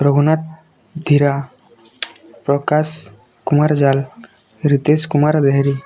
Raghunath Ghira Prakash Kumar Jal Ritesh Kumar Behera